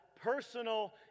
personal